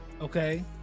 okay